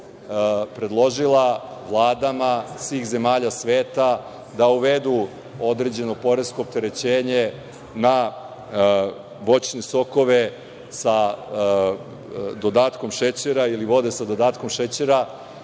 predložila vladama svih zemalja sveta da uvedu određeno poresko opterećenje na voćne sokove sa dodatkom šećera ili vode sa dodatkom šećera